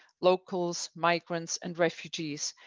locals, migrants and refugees.